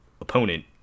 opponent